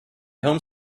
home